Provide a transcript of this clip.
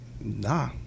Nah